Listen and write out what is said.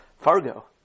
Fargo